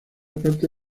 parte